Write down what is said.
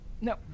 No